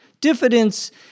Diffidence